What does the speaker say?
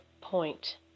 point